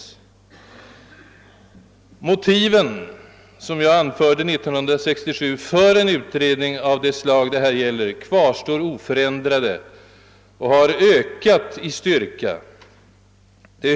De motiv som jag anförde år 1967 för utredning av det slag det här gäller kvarstår oförändrade och har nog nu ökat i styrka.